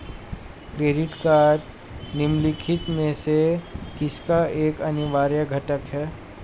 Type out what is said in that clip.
Credit card निम्नलिखित में से किसका एक अनिवार्य घटक है?